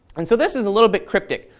and so this is a little bit cryptic,